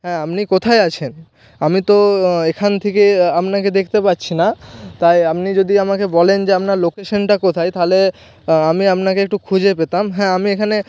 হ্যাঁ আপনি কোথায় আছেন আমি তো এখান থেকে আপনাকে দেখতে পাচ্ছি না তাই আপনি যদি আমাকে বলেন যে আপনার লোকেশানটা কোথায় তাহলে আমি আপনাকে একটু খুঁজে পেতাম হ্যাঁ আমি এখানে